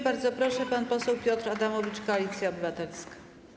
Bardzo proszę, pan poseł Piotr Adamowicz, Koalicja Obywatelska.